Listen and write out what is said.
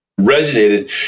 resonated